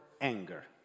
anger